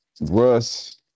Russ